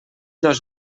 dos